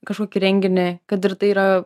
kažkokį renginį kad ir tai yra